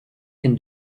can